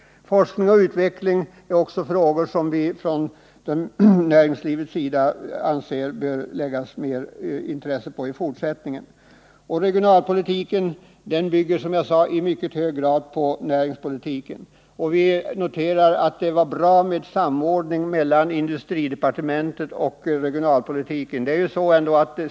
Forskning och utveckling är också frågor som vi från näringslivets sida anser bör bli föremål för större intresse i fortsättningen. Regionalpolitiken bygger, som jag sade, i mycket hög grad på näringspolitiken, och jag noterar att det var bra med samordningen av regionalpolitiken i industridepartementet.